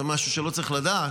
זה משהו שלא צריך לדעת,